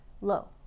Low